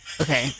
Okay